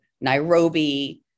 Nairobi